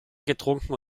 getrunken